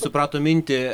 supratom mintį